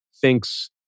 thinks